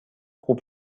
خوب